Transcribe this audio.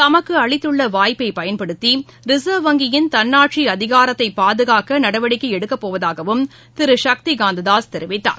தமக்குஅளித்துள்ளவாய்ப்பைபயன்படுத்திரிசர்வ் வங்கியின் தன்னாட்சிஅதிகாரத்தைபாதுகாக்கநடவடிக்கைஎடுக்கப்போவதாகவும் திருசக்திகாந்ததாஸ் தெரிவித்தார்